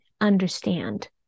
understand